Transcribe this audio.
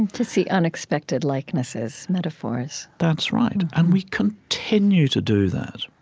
to see unexpected likenesses, metaphors that's right. and we continue to do that.